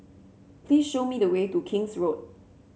please show me the way to King's Road